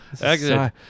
Exit